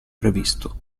previsto